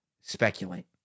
speculate